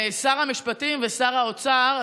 שר המשפטים ושר האוצר,